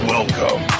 Welcome